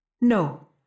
No